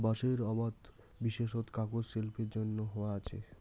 বাঁশের আবাদ বিশেষত কাগজ শিল্পের জইন্যে হয়া আচে